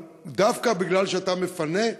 אבל דווקא משום שאתה מפנה,